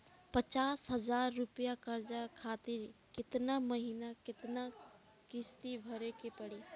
पचास हज़ार रुपया कर्जा खातिर केतना महीना केतना किश्ती भरे के पड़ी?